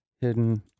Hidden